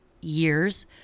years